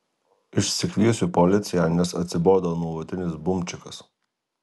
išsikviesiu policiją nes atsibodo nuolatinis bumčikas